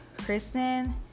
Kristen